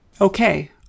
Okay